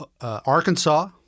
Arkansas